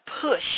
push